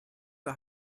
der